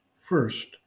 First